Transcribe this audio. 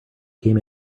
came